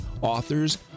authors